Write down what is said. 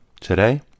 today